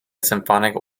symphonic